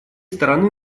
стороны